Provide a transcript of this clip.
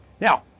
Now